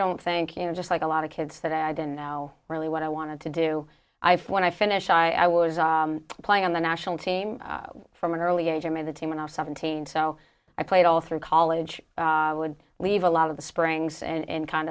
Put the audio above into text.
don't think you know just like a lot of kids that i didn't know really what i wanted to do when i finish i i was playing in the national team from an early age i made the team when i was seventeen so i played all through college would leave a lot of the springs and kind